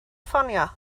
ffonio